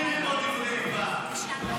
ישיב שר החינוך השר יואב קיש, בבקשה.